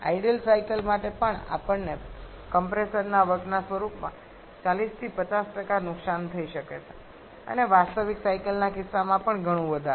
idle cycle માટે પણ આપણને કમ્પ્રેસરના વર્કના સ્વરૂપમાં 40 થી 50 નુકસાન થઈ શકે છે અને વાસ્તવિક સાયકલના કિસ્સામાં પણ ઘણું વધારે